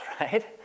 right